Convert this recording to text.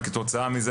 וכתוצאה מזה,